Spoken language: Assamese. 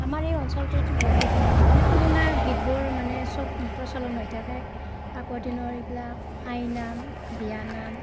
আমাৰ এই অঞ্চলটোত লোকগীত মানে পুৰণা গীতবোৰ মানে চব প্ৰচলন হৈ থাকে আগৰ দিনৰ এইবিলাক আই নাম বিয়ানাম